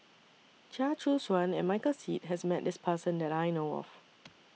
Chia Choo Suan and Michael Seet has Met This Person that I know of